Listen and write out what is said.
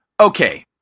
Okay